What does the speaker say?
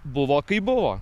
buvo kaip buvo